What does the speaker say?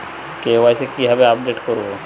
KYC কিভাবে update করব?